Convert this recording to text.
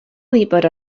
gwybod